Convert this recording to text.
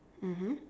mmhmm